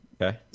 Okay